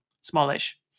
smallish